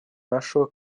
нашего